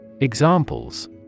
Examples